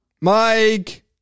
Mike